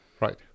Right